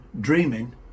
dreaming